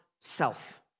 self